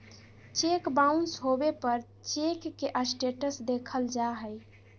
cheque bounce होबे पर cheque के स्टेटस देखल जा हइ